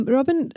Robin